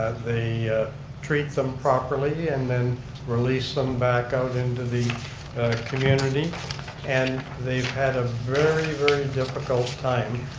they treat them properly and then release them back out into the community and they've had ah very very difficult time.